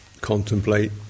contemplate